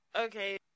Okay